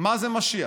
מה זה משיח,